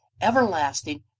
everlasting